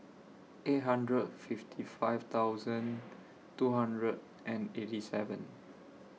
eight hundred fifty five thousand two hundred and eighty seven